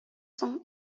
соң